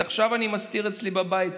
עכשיו אני מסתיר אצלי בבית סיני.